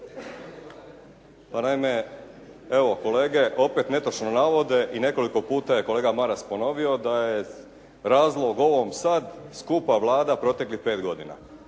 Pa naime, evo kolege opet netočno navode i nekoliko puta je kolega Maras ponovio da je razlog ovom sad skupa Vlada proteklih pet godina